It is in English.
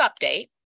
update